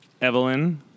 Evelyn